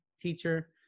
teacher